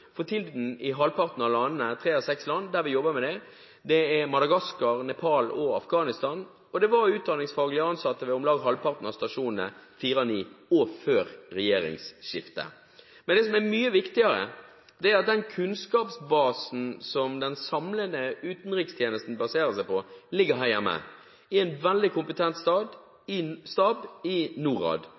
for tiden i halvparten av landene, tre av seks land, der vi jobber med det. Det er Madagaskar, Nepal og Afghanistan. Og det var utdanningsfaglig ansatte i om lag halvparten av stasjonene, fire av ni, også før regjeringsskiftet. Men det som er mye viktigere, er at den kunnskapsbasen som den samlede utenrikstjenesten baserer seg på, ligger her hjemme – hos en veldig kompetent stab i Norad.